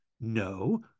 No